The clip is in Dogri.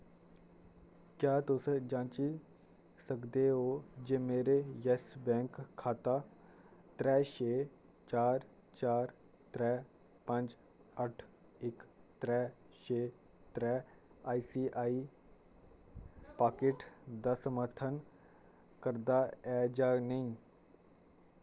क्या तुस जांची सकदे ओ जे मेरे यैस बैंक खाता त्रै छे चार चार त्रै पंज अट्ठ इक त्रै छे त्रै आईसीआई पाकेट दा समर्थन करदा ऐ जां नेईं